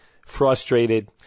frustrated